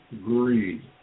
greed